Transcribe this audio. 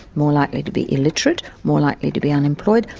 more likely to be illiterate, more likely to be unemployed,